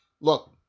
look